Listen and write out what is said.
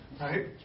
Right